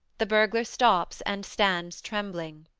the burglar stops and stands trembling.